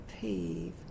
peeve